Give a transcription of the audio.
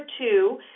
two